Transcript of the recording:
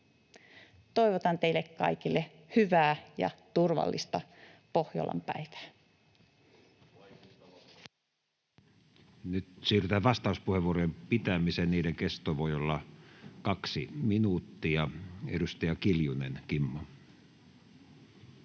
Toivotan teille kaikille hyvää ja turvallista Pohjolan päivää.